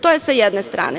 To je sa jedne strane.